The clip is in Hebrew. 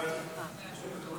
נתקבל